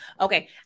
Okay